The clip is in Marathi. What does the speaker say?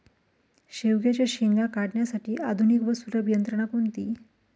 शेवग्याच्या शेंगा काढण्यासाठी आधुनिक व सुलभ यंत्रणा कोणती?